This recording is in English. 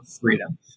freedom